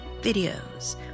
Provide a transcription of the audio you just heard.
videos